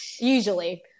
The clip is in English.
usually